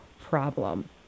problem